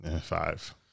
Five